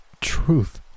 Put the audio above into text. truth